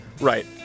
Right